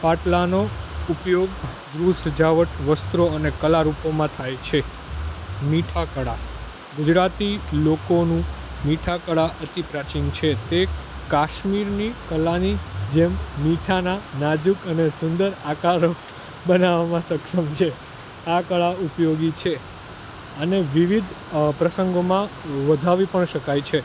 પાટલાનો ઉપયોગ ગૃહ સજાવટ વસ્ત્રો અને કલા રૂપોમાં થાય છે મીઠા કળા ગુજરાતી લોકોનું મીઠા કળા અતિ પ્રાચીન છે તે કાશ્મીરની કલાની જેમ મીઠાનાં નાજુક અને સુંદર આકારો બનાવવામાં સક્ષમ છે આ કળા ઉપયોગી છે અને વિવિધ પ્રસંગોમાં વધાવી પણ શકાય છે